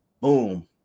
boom